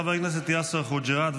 חבר הכנסת יאסר חוג'יראת.